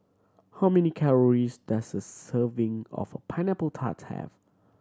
how many calories does a serving of Pineapple Tart have